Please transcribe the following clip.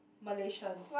Malaysians